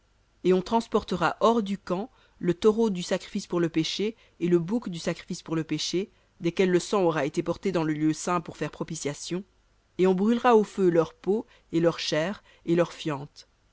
et on transportera hors du camp le taureau du sacrifice pour le péché et le bouc du sacrifice pour le péché desquels le sang aura été porté dans le lieu saint pour faire propitiation et on brûlera au feu leur peau et leur chair et leur fiente